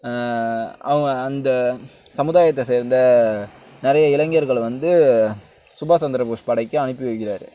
அவங்க அந்த சமுதாயத்தை சேர்ந்த நிறைய இளைஞர்களை வந்து சுபாஷ் சந்திரபோஸ் படைக்கு அனுப்பி வைக்கிறார்